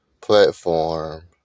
platform